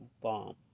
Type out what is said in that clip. bomb